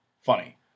funny